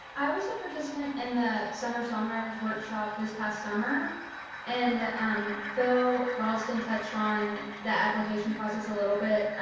i was a participant in the summer songwriters workshop this past summer and, um, phil galdston touched on the application process a little bit,